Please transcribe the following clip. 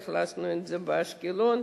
אכלסנו אותן באשקלון,